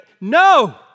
no